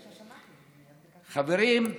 חברים,